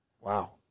wow